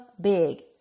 big